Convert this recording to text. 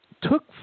took